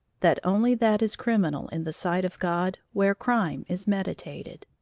that only that is criminal in the sight of god where crime is meditated.